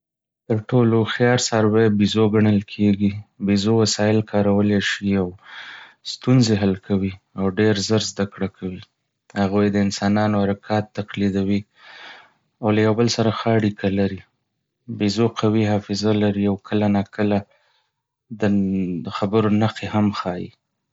تر ټولو هوښیار څاروي بيزو ګڼل کېږي. بيزو وسایل کارولای شي، ستونزې حل کوي، او ډېر زر زده کړه کوي. هغوی د انسانانو حرکات تقليدوي او له یو بل سره ښه اړیکه لري. بيزو قوي حافظه لري او کله ناکله د خبرو نښې هم ښيي.